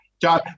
John